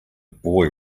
boy